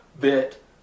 bit